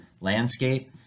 landscape